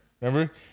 Remember